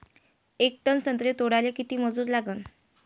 येक टन संत्रे तोडाले किती मजूर लागन?